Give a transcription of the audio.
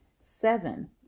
Seven